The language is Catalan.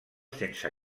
sense